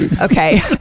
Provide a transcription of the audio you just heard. Okay